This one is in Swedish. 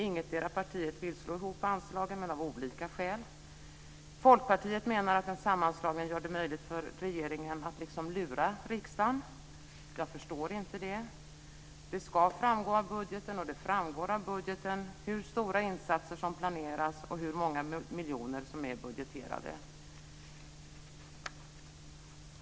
Ingetdera parti vill slå ihop anslagen, men av olika skäl. Folkpartiet menar att en sammanslagning gör det möjligt för regeringen att lura riksdagen. Jag förstår inte det. Det ska framgå av budgeten - och det gör det också - hur stora insatser som planeras och hur många miljoner som är budgeterade.